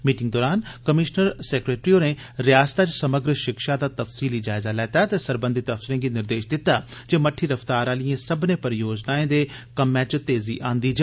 meeting दौरान commissioner secretary होरें रयासतै च समग्र शिक्षा दा तफसीली जायजा लैता ते सरबंधित अफसर्रे गी निर्देश दिता जे मट्ठी रफ्तार आलियें सब्बनें परियोजनाएं दे कम्मै च तेजी आंदी जा